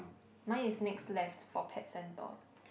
mine is next left for pet centre